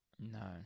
No